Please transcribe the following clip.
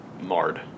marred